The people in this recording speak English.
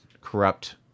corrupt